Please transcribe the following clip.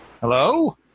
Hello